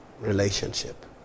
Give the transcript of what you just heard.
relationship